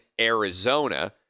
Arizona